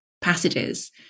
passages